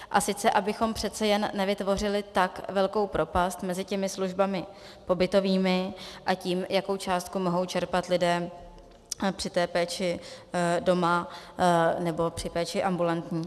A sice abychom přece jen nevytvořili tak velkou propast mezi těmi službami pobytovými a tím, jakou částku mohou čerpat lidé při péči doma nebo při péči ambulantní.